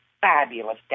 fabulous